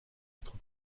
être